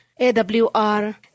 AWR